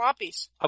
floppies